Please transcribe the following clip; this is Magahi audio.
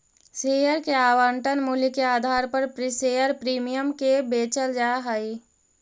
शेयर के आवंटन मूल्य के आधार पर शेयर प्रीमियम के बेचल जा हई